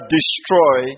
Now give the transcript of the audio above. destroy